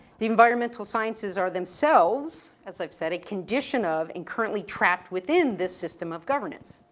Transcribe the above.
the environmental sciences are themselves, as i've said, a condition of and currently trapped within this system of governance.